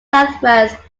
southwest